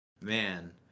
man